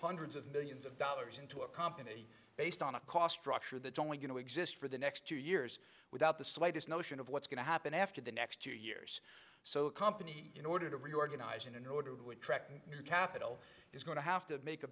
hundreds of millions of dollars into a company based on cost structure that's only going to exist for the next two years without the slightest notion of what's going to happen after the next two years so a company in order to reorganize and in order to attract capital is going to have to make a